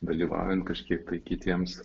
dalyvaujant kažkiek tai kitiems